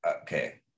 okay